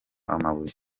amabuye